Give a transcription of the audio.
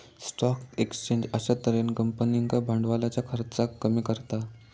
stock exchange अश्या तर्हेन कंपनींका भांडवलाच्या खर्चाक कमी करता